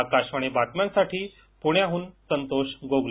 आकशवाणी बातम्यासाठी पुण्याहन संतोष गोगले